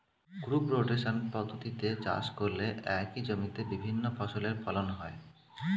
crop rotation পদ্ধতিতে চাষ করলে একই জমিতে বিভিন্ন ফসলের ফলন হয়